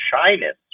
shyness